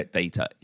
data